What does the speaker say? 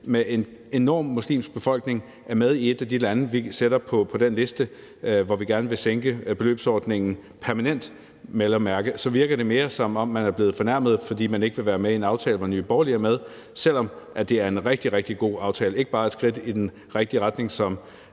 med en enorm muslimsk befolkning er et af de lande, vi sætter på den liste, hvor vi gerne vil sænke beløbsordningen – permanent vel at mærke – så virker det mere, som om man er blevet fornærmet og ikke vil være med i aftalen, fordi Nye Borgerlige er med, selv om det er en rigtig, rigtig god aftale – ikke bare et skridt i den rigtige retning, som